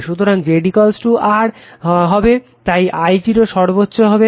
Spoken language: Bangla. সুতরাং Z R হবে তাই I 0 সর্বোচ্চ হবে